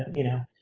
you know.